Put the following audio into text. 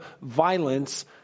violence